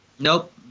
Nope